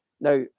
now